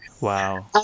wow